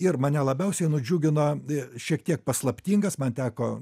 ir mane labiausiai nudžiugino šiek tiek paslaptingas man teko